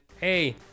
hey